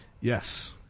Yes